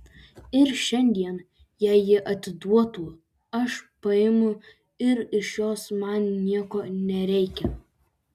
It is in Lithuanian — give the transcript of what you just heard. ir šiandien jei ji atiduotų aš paimu ir iš jos man nieko nereikia